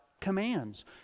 commands